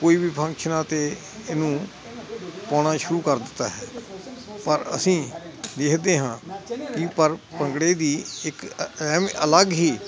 ਕੋਈ ਵੀ ਫੰਕਸ਼ਨਾਂ 'ਤੇ ਇਹਨੂੰ ਪਾਉਣਾ ਸ਼ੁਰੂ ਕਰ ਦਿੱਤਾ ਹੈ ਪਰ ਅਸੀਂ ਦੇਖਦੇ ਹਾਂ ਕਿ ਪਰ ਭੰਗੜੇ ਦੀ ਇੱਕ ਅਹਿਮ ਅਲੱਗ ਹੀ